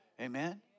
amen